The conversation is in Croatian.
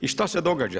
I šta se događa?